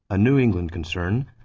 a new england concern,